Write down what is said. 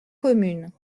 communes